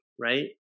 right